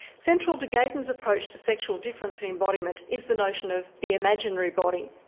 central to gatens' approach to sexual difference and embodiment, is the notion of the imaginary body.